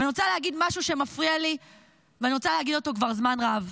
אבל אני רוצה להגיד משהו שמפריע לי ואני רוצה להגיד אותו כבר זמן רב.